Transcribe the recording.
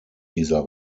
dieser